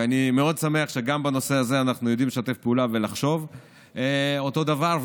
ואני מאוד שמח שגם בנושא הזה אנחנו יודעים לשתף פעולה ולחשוב אותו דבר.